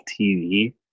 TV